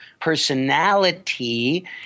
personality